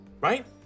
Right